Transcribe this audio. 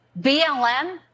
BLM